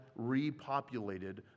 repopulated